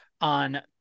on